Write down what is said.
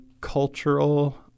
cultural